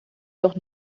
doch